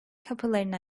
kapılarını